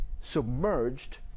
submerged